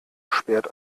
sperrt